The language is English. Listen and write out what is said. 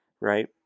right